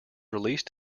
released